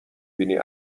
بینی